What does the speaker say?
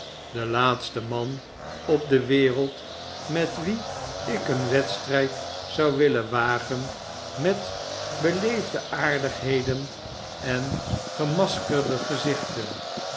de laatste man op de wereld met wien ik een wedstrijd zou willen wagen met beleefde aardigheden en gemaskerde gezichten